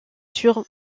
sur